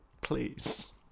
Please